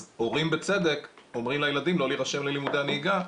אז הורים בצדק אומרים לילדים לא להירשם ללימודי הנהיגה,